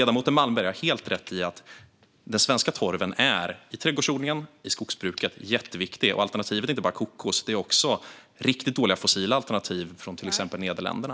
Ledamoten Malmberg har helt rätt i att den svenska torven är jätteviktig i trädgårdsodlingen och i skogsbruket. Alternativet är inte bara kokos utan också riktigt dåliga fossila alternativ från till exempel Nederländerna.